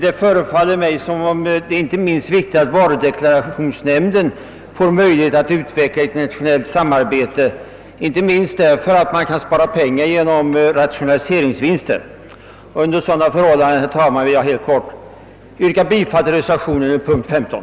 Det förefaller mig som om det är viktigt att varudeklarationsnämnden får möjlighet att utveckla internationellt samarbete, inte minst därför att man då kan spara pengar genom rationaliseringsvinster. Under sådana förhållanden vill jag, herr talman, yrka bifall till reservationen under punkt 15.